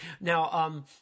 Now